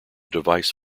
device